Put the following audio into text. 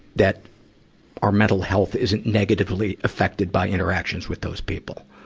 that our mental health isn't negatively affected by interactions with those people.